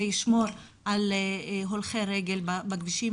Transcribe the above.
זה ישמור על הולכי רגל בכבישים,